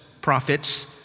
prophets